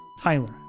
Tyler